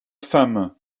femme